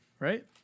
Right